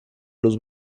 luz